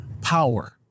power